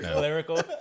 Lyrical